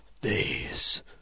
days